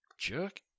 Jerk